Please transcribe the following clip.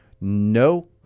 No